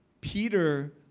Peter